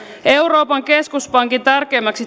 euroopan keskuspankin tärkeimmäksi